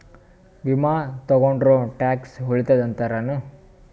ವಿಮಾ ತೊಗೊಂಡ್ರ ಟ್ಯಾಕ್ಸ ಉಳಿತದ ಅಂತಿರೇನು?